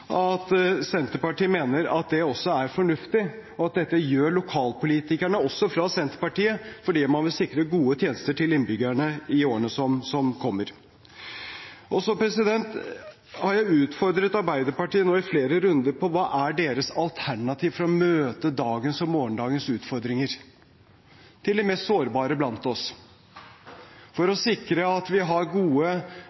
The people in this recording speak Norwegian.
at Senterpartiet også mener at det er fornuftig, og at lokalpolitikerne – også de fra Senterpartiet – gjør dette fordi man vil sikre gode tjenester til innbyggerne i årene som kommer. Jeg har utfordret Arbeiderpartiet i flere runder på hva deres alternativ er for å møte dagens og morgendagens utfordringer for de mest sårbare blant oss, for å